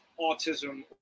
autism